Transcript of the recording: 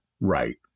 Right